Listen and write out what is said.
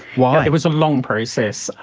why? it was a long process.